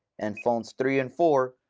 and phones three and four,